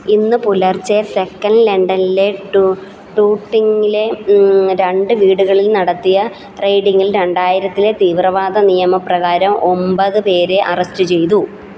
ഇന്ന് പുലർച്ചെ തെക്കൻ ലണ്ടൻലെ ടൂട്ടിങ്ങിലെ രണ്ട് വീടുകളിൽ നടത്തിയ റെയ്ഡിങ്ങിൽ രണ്ടായിരത്തിലെ തീവ്രവാദ നിയമ പ്രകാരം ഒമ്പത് പേരെ അറസ്റ്റ് ചെയ്തു